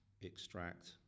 extract